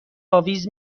اویز